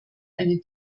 eine